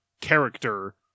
character